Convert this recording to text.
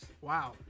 Wow